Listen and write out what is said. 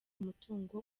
umutungo